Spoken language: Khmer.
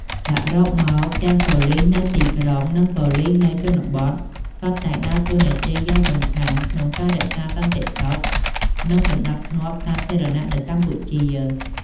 សរុបមក ទាំងប៉ូលិសនៅទីក្រុង និងប៉ូលិសនៅជនបទ សុទ្ធតែដើរតួនាទីយ៉ាងសំខាន់ក្នុងការរក្សាសន្តិសុខ និងសណ្តាប់ធ្នាប់សាធារណៈនៅកម្ពុជា។